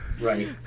Right